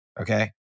okay